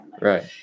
right